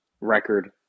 record